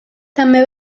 també